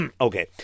Okay